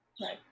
Right